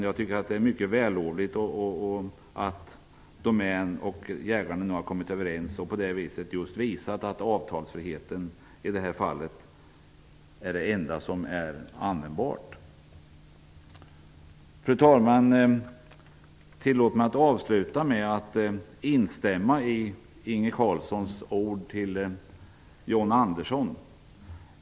Jag tycker att det är mycket vällovligt att Domän och jägarna nu har kommit överens och på det sättet visat att avtalsfriheten i det här fallet är det enda som är användbart. Fru talman! Tillåt mig att avsluta med att instämma i Inge Carlssons ord till John Andersson.